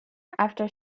after